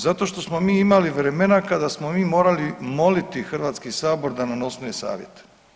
Zato što smo mi imali vremena kada smo mi morali moliti HS da nam osnuje Savjet.